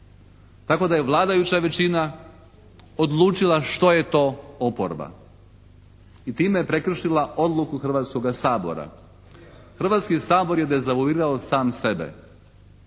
tako da je vladajuća većina odlučila što je to oporba. I time je prekršila odluku Hrvatskoga sabora. Hrvatski sabor je dezavuirao sam sebe.